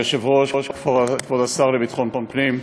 כבוד היושב-ראש, כבוד השר לביטחון פנים,